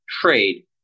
trade